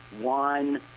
one